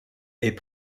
est